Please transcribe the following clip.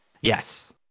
Yes